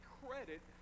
credit